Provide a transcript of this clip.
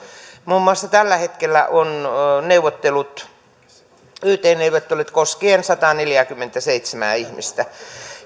muun muassa tällä hetkellä on yt neuvottelut koskien sataaneljääkymmentäseitsemää ihmistä